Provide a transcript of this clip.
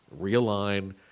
realign